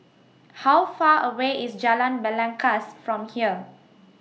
How Far away IS Jalan Belangkas from here